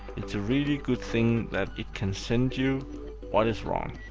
it's a really good thing that it can send you what is wrong,